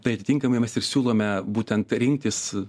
tai atitinkamai mes ir siūlome būtent rinktis